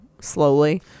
Slowly